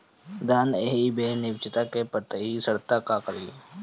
धान एही बेरा निचवा के पतयी सड़ता का करी?